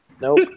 Nope